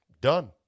done